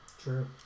True